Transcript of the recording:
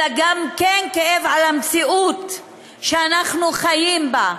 אלא גם כאב על המציאות שאנחנו חיים בה,